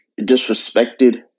disrespected